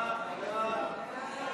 ההצעה